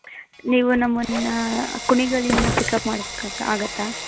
ನೀವು ನಮ್ಮನ್ನು ಕುಣಿಗಲ್ಲಿಂದ ಪಿಕ್ಅಪ್ ಮಾಡಕ್ಕೆ ಆಗತ್ತಾ